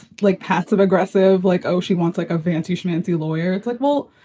like passive aggressive, like, oh, she wants like a vanishment through lawyer. it's like, well,